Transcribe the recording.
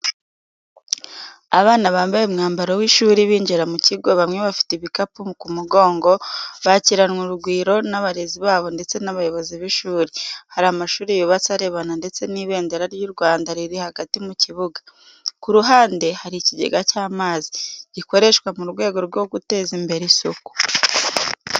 Abana bambaye umwambaro w’ishuri binjira mu kigo, bamwe bafite ibikapu ku mugongo, bakiranwa urugwiro n’abarezi babo ndetse n’abayobozi b’ishuri. Hari amashuri yubatse arebana ndetse n’ibendera ry’u Rwanda riri hagati mu kibuga. Ku ruhande, hari ikigega cy’amazi, gikoreshwa mu rwego rwo guteza imbere isuku.